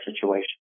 situation